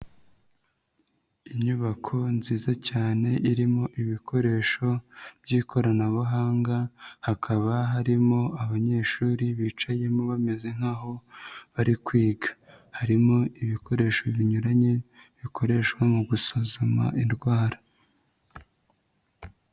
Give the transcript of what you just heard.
Inyubako nziza cyane irimo ibikoresho by'ikoranabuhanga, hakaba harimo abanyeshuri bicayemo bameze nk'aho bari kwiga, harimo ibikoresho binyuranye, bikoreshwa mu gusuzuma indwara.